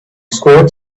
squirt